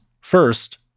First